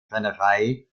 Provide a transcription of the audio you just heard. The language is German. brennerei